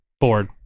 ford